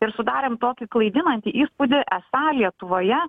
ir sudarėm tokį klaidinantį įspūdį esą lietuvoje